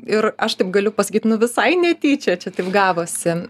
ir aš taip galiu pasakyt nu visai netyčia čia taip gavosi